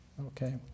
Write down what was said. okay